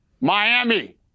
Miami